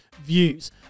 views